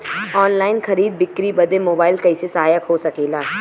Online खरीद बिक्री बदे मोबाइल कइसे सहायक हो सकेला?